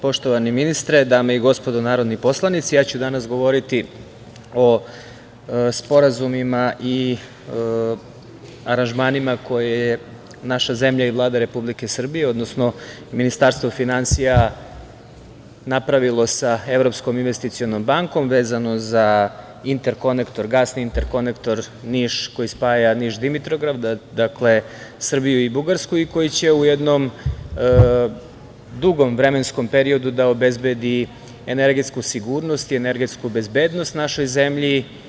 Poštovani ministre, dame i gospodo narodni poslanici, ja ću danas govoriti o sporazumima i aranžmanima koje je naša zemlja i Vlada Republike Srbije, odnosno Ministarstvo finansija napravilo sa Evropskom investicionom bankom, vezano za gasni interkonektor koji spaja Niš-Dimitrovgrad, dakle, Srbiju i Bugarsku i koji će u jednom dugom vremenskom periodu da obezbedi energetsku sigurnost i energetsku bezbednost našoj zemlji.